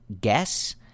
guess